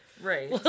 right